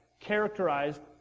characterized